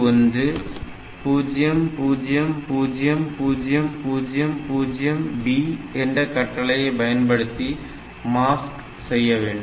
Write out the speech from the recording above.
MOV A11000000b என்ற கட்டளையை பயன்படுத்தி மாஸ்க் செய்ய வேண்டும்